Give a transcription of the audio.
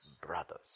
brothers